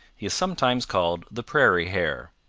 he is sometimes called the prairie hare.